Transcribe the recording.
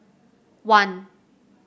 one